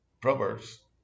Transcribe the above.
Proverbs